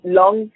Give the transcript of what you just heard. long